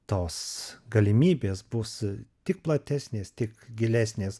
tos galimybės bus tik platesnės tik gilesnės